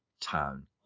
town